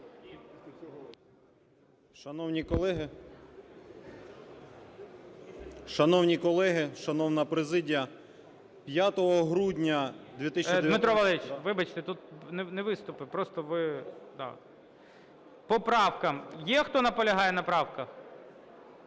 Дмитро Валерійович, вибачте, тут не виступи. Просто ви… По правкам є, хто наполягає на правках?